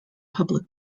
public